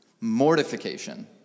mortification